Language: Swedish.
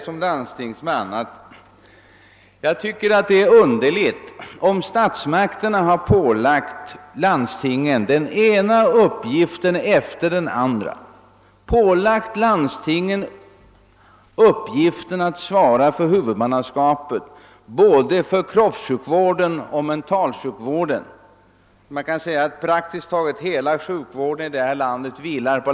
Som landstingsman vill jag gärna peka på följande förhållande. Statsmakterna har pålagt landstingen och de landstingsfria städerna den ena uppgiften efter den andra — bl.a. uppgiften att svara för huvudmannaskap för praktiskt taget all kroppssjukvård och mentalsjukvård här i landet.